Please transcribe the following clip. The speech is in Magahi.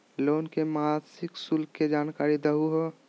लोन के मासिक शुल्क के जानकारी दहु हो?